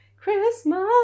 Christmas